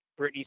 Britney